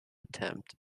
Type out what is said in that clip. attempt